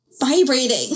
vibrating